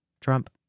Trump